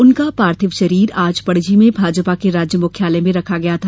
उनका पार्थिव शरीर आज पणजी में भाजपा के राज्य मुख्यालय में रखा गया था